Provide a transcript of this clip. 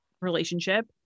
relationship